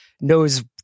knows